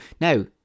Now